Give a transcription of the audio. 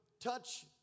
touch